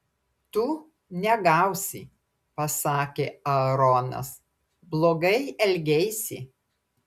tu negausi pasakė aaronas blogai elgeisi